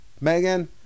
Megan